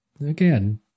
again